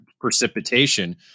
precipitation